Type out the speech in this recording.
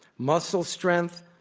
muscle strength,